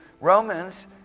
Romans